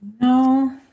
No